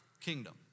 kingdom